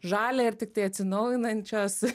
žalia ir tiktai atsinaujinančios